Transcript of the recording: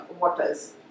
waters